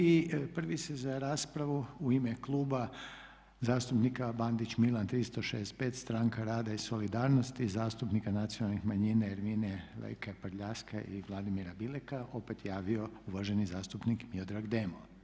I prvi se za raspravu u ime Kluba zastupnika Bandić Milan 365 stranka rada i solidarnosti i zastupnika nacionalne manjine Ermine Lekaj prljaskaj i Vladimira Bileka opet javio uvaženi zastupnik Miodrag Demo.